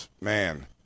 man